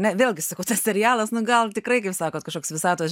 ne vėlgi sakau tas serialas na gal tikrai kaip sakot kažkoks visatos